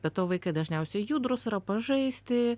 be to vaikai dažniausiai judrūs yra pažaisti